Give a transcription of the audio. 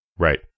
Right